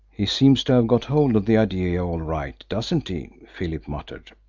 he seems to have got hold of the idea all right, doesn't he? philip muttered.